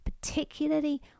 particularly